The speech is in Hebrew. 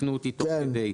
ותתקנו אותי תוך כדי.